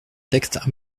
texte